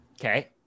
Okay